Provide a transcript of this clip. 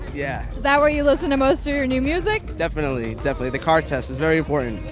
yeah. is that where you listen to most of your new music? definitely, definitely. the car test is very important.